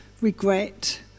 regret